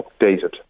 updated